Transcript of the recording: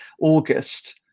August